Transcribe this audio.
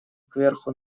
кверху